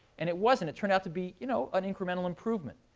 and it wasn't. it turned out to be you know an incremental improvement.